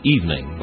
Evening